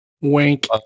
Wink